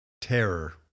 Terror